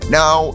now